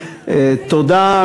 תקציב.